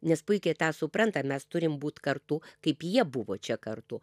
nes puikiai tą suprantam mes turim būt kartu kaip jie buvo čia kartu